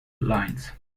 lines